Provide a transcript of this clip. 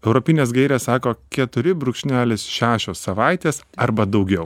europinės gairės sako keturi brūkšnelis šešios savaitės arba daugiau